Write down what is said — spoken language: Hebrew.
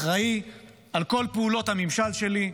אחראי לכל פעולות הממשל שלי,